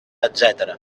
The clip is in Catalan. etcètera